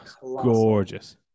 Gorgeous